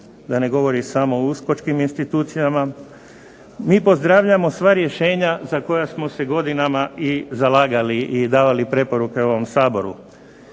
da ne govori samo o uskočkim institucijama, mi pozdravljamo sva rješenja za koja smo se godinama i zalagali i davali preporuke ovom Saboru.